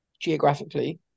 geographically